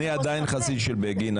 אני עדיין חסיד של בגין,